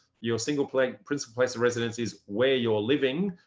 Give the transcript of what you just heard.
your single place, principal place of residence is where you're living.